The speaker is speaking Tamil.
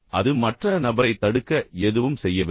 அது மற்றொன்றைத் தடுக்க எதுவும் செய்யவில்லை